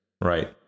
Right